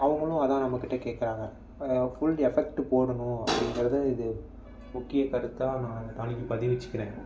அவங்களும் அதான் நம்ம கிட்ட கேக்கிறாங்க ஃபுல் எஃபெக்ட்டு போடணும் அப்படிங்கிறது இது முக்கிய கருத்தாக நான் பதிவிச்சிக்கிறேன்